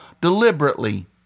deliberately